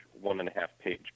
one-and-a-half-page